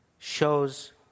shows